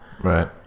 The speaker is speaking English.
Right